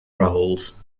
rolls